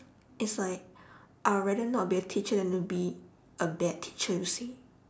it's like I'd rather not be a teacher than be a bad teacher you see